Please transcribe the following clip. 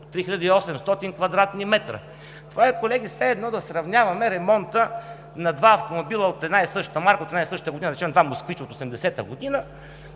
800 кв. м. Това е, колеги, все едно да сравняваме ремонта на два автомобила от една и съща марка, от една и съща година, да речем два москвича от 1980 г.,